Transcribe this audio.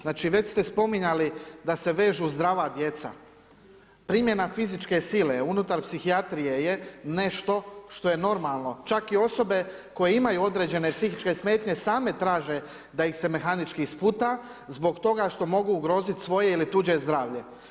Znači već ste spominjali da se vežu zdrava djeca, primjena fizičke sile unutar psihijatrije je nešto što je normalno, čak i osobe koje imaju određene psihičke smetnje same traže da ih se mehanički sputa zbog toga što mogu ugroziti svoje ili tuđe zdravlje.